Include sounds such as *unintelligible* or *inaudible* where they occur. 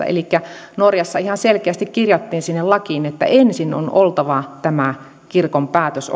*unintelligible* elikkä norjassa ihan selkeästi kirjattiin sinne lakiin että ensin on oltava olemassa kirkon päätös *unintelligible*